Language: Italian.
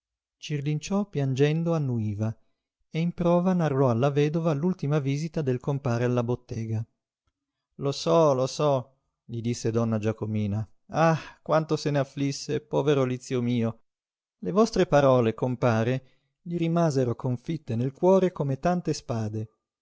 lui cirlinciò piangendo annuiva e in prova narrò alla vedova l'ultima visita del compare alla bottega lo so lo so gli disse donna giacomina ah quanto se ne afflisse povero lizio mio le vostre parole compare gli rimasero confitte nel cuore come tante spade